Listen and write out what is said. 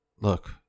Look